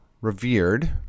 revered